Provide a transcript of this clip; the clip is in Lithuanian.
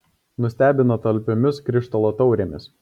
nustebino talpiomis krištolo taurėmis